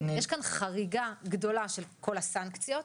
יש כאן חריגה גדולה של כל הסנקציות.